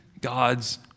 God's